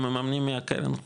ממנים מהקרן,